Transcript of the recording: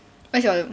what's your